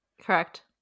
Correct